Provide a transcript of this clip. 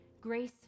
Grace